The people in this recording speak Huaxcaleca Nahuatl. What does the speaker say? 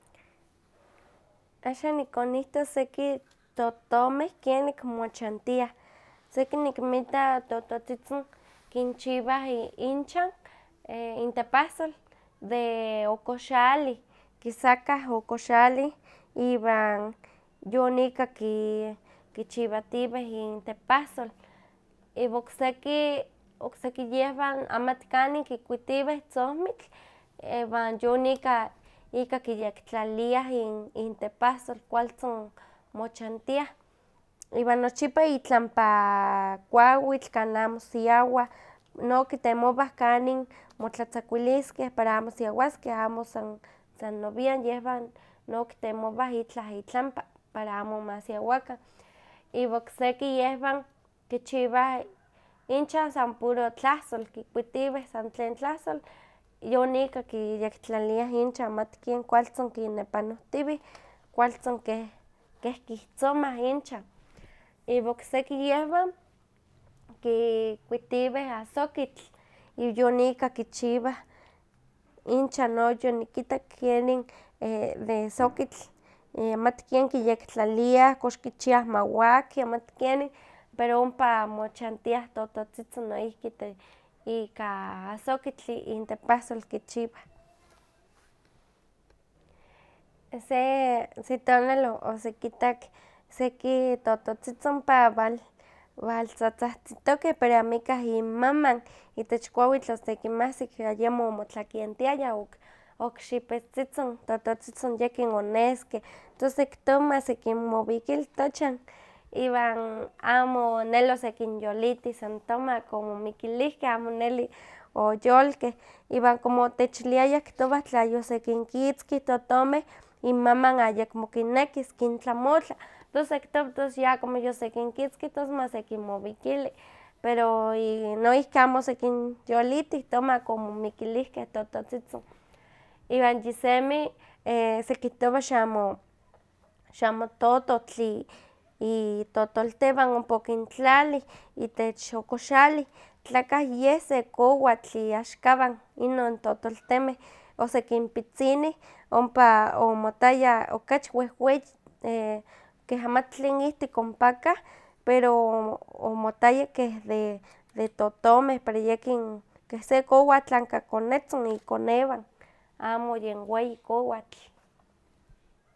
Axan nikonihtos seki totomeh kenik mochantiah, seki nikinmita tototzitzin kinchiwah inchan intepahsol de okoxali, kisakah okoxali iwan yon ika ki kichiwatiweh intepahsol, iwa okseki okseki yehwan amati kanin kikuitiweh tzohmitl iwa yon ika kiyektlalia intepahsol kualtzin mochantiah, iwan nochipa itlampa kuawitl kan amo siawah, nokitemowah kanin motlatzakuiliskeh para amo siawaskeh amo san noewian, yehwan no kitemowah itlah itlampa, para amo ma siawakan, iwa okseki yehwan kichiwah incha san puro tlahsol kikuitiweh san tlen tlahsol yon ika kintlaliah inchan mati ken kualtzin kinepanohtiwih, kualtzin keh keh kihtzomah inchan. Iwa okseki yehwan kikuitiweh asokitl iwan yon ika kichiwa inchan, no yonikitak kenin ika sookitl mati ken kiyektlaliah kox kichiah ma waki mati keni pero no ompa mochantiah tototzitzin noihki itech ika asokitl i- intepahsol kichiwah. Se tonal osekitak seki tototzitzin ompa wal tzatzahtzitokeh pero amikah inmaman, itech kuawitl osekinmahsik ayemo omotlakentiayah ok xipetzitzin yekin oneskeh, tos sekihtowa masekinmowikili tochan, iwan amo neli osekinyoliti san tomak omomikilihkeh, amo neli oyolkeh, iwan como otechiliayah kihtowah tla yosekinkitzkih totomeh imaman ayekmo kinnekis kintlamotla, tos sekihtowa tos ya como yosekinkitzki tos masekinmowikili, pero noihki amo osekinyolitih, tomak omomikilihkeh tototzitzin. Iwan yisemi sekihtowa xamo xamo tototl i- itotoltewan ompa okintlali itech okoxali, tlakah yeh se kowatl iaxkawan inon totoltemeh, osekinpitzinih ompa omotayah okachi wehweyi e- keh amati tlen ihtik ompakah pero omotaya keh de totomeh pero yekin keh sekowatl anka konetzin ikonewan, amo yen weyi kowatl.